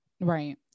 Right